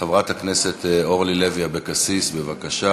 חברת הכנסת אורלי לוי אבקסיס, בבקשה.